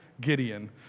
Gideon